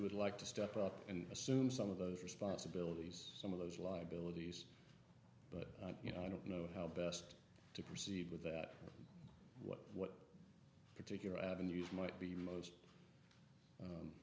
would like to step up and assume some of those responsibilities some of those liabilities but you know i don't know how best to proceed with that what particular avenues might be most